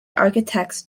architects